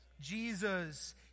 Jesus